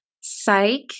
psych